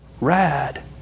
Rad